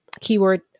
keyword